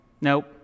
Nope